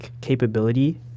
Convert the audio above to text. capability